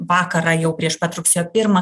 vakarą jau prieš pat rugsėjo pirmą